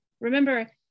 Remember